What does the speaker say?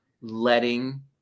letting